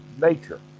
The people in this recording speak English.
nature